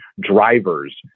drivers